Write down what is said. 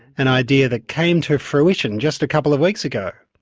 an idea that came to fruition just a couple of weeks ago.